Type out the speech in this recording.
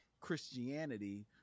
Christianity